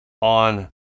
on